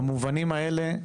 במובנים האלה,